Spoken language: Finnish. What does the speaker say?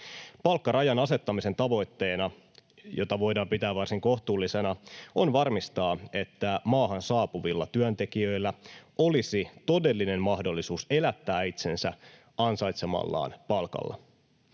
Palkkarajan asettamisen tavoitteena, jota voidaan pitää varsin kohtuullisena, on varmistaa, että maahan saapuvilla työntekijöillä olisi todellinen mahdollisuus elättää itsensä ansaitsemallaan palkalla.